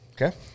Okay